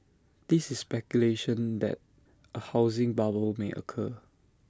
there is speculation that A housing bubble may occur